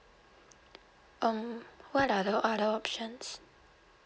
um what are the other options